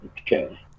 Okay